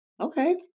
okay